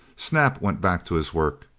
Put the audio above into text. snap went back to his work.